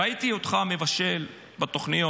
ראיתי אותך מבשל בתוכניות.